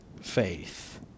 faith